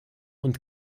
und